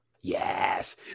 Yes